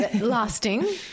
lasting